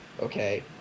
okay